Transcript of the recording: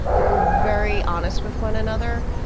like we're very honest with one another,